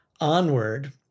onward